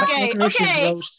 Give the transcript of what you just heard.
okay